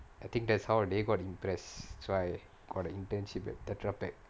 I think that's how they got impressed so I got the internship at Tetra Pak